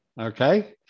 Okay